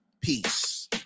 peace